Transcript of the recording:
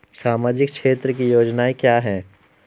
सामाजिक क्षेत्र की योजनाएं क्या हैं?